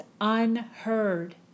unheard